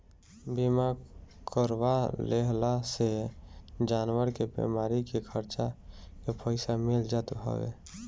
बीमा करवा लेहला से जानवर के बीमारी के खर्चा के पईसा मिल जात हवे